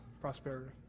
prosperity